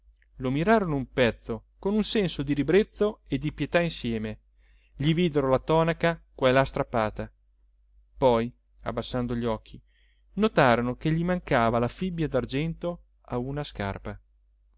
lo mirarono un pezzo con un senso di ribrezzo e di pietà insieme gli videro la tonaca qua e là strappata poi abbassando gli occhi notarono che gli mancava la fibbia d'argento a una scarpa